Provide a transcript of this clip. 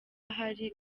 hari